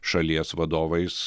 šalies vadovais